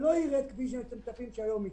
ולא ירד כפי שאתם מצפים שהיום יקרה.